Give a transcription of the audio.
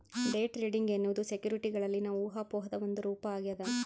day trading ಎನ್ನುವುದು ಸೆಕ್ಯುರಿಟಿಗಳಲ್ಲಿನ ಊಹಾಪೋಹದ ಒಂದು ರೂಪ ಆಗ್ಯದ